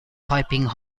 piping